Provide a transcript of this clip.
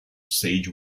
sage